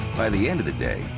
by the end of the day,